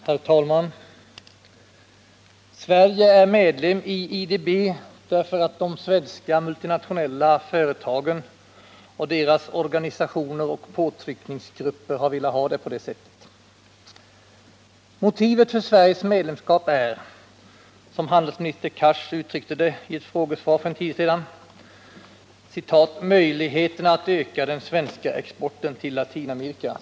Herr talman! Sverige är medlem i IDB därför att de svenska multinationella företagen och deras organisationer och påtryckningsgrupper har velat ha det på det sättet. Motivet för Sveriges medlemskap är, som handelsminister Cars uttryckte det i ett frågesvar för en tid sedan, ”möjligheterna att öka den svenska exporten till Latinamerika”.